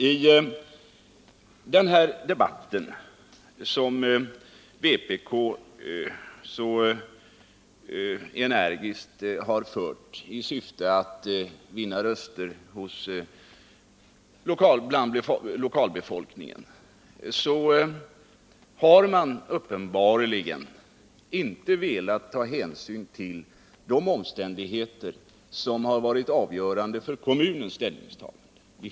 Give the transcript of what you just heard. I den här debatten, som vpk så energiskt har fört i syfte att vinna röster bland lokalbefolkningen, har man uppenbarligen inte velat ta hänsyn till de omständigheter som har varit avgörande för kommunens ställningstagande.